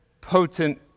potent